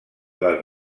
les